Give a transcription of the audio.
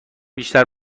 بیشتر